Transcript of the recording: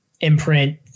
imprint